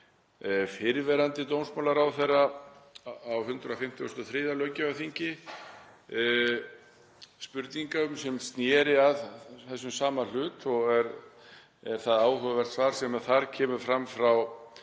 fyrrverandi dómsmálaráðherra á 153. löggjafarþingi spurninga sem sneru að þessum sama hlut og var það áhugavert svar sem kom frá